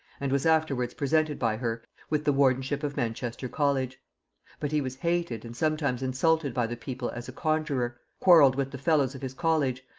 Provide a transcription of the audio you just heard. and was afterwards presented by her with the wardenship of manchester-college. but he was hated and sometimes insulted by the people as a conjurer quarrelled with the fellows of his college,